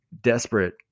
desperate